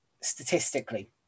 statistically